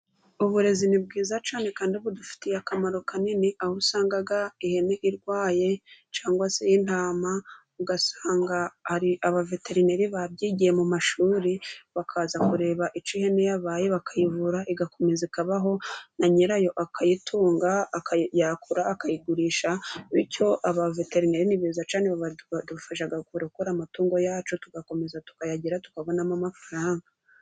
Uburezi ni bwiza cyane kandi budufitiye akamaro kanini. Aho usanga ihene irwaye cyangwa se intama ugasanga ari abaveterineri babyigiye mu mashuri bakaza kureba icyo ihene yabaye, bakayivura, igakomeza ikabaho na nyirayo akayitunga. Yakura, ayigurisha. Bityo abaveterineri ni beza cyane , badufasha kurarokora amatungo yacu. tugakomeza tukayagira tukabonamo amafaranga.